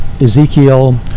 Ezekiel